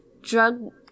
drug